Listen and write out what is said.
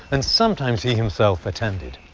and sometimes he himself attended.